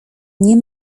nie